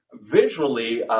visually